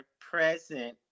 present